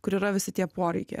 kur yra visi tie poreikiai